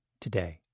today